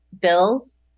bills